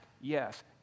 Yes